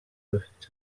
bafite